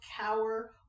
cower